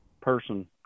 person